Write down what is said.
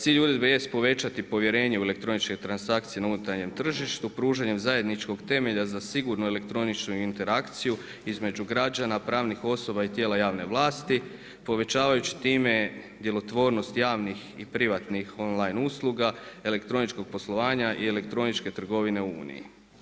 Cilj uredbe je povećati povjerenje u elektroničke transakcije na unutarnjem tržištu pružanjem zajedničkog temelja za sigurnu elektroničnu interakciju između građana, pravnih osoba i tijela javne vlasti povećavajući time djelotvornost javnih i privatnih on-line usluga, elektroničkog poslovanja i elektroničke trgovine u Uniji.